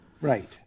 Right